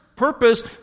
Purpose